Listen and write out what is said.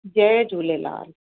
Jay Jhulelal